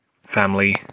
family